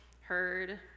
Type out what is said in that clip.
heard